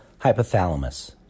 hypothalamus